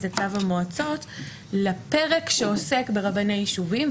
לתו המועצות לפרק שעוסק ברבני יישובים,